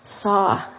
saw